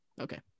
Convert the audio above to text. Okay